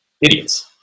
Idiots